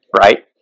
right